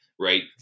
right